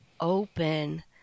open